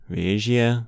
Veja